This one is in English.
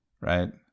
right